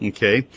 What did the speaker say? Okay